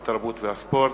התרבות והספורט,